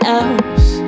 else